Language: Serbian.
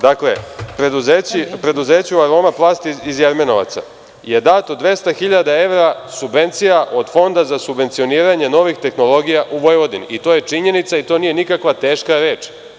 Dakle, preduzeću „Aroma plast“ iz Jermenovaca je dato 200 hiljada evra subvencija od Fonda za subvencioniranje novih tehnologija u Vojvodini i to je činjenica i to nije nikakva teška reč.